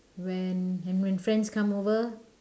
when and when friends come over